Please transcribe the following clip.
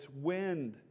wind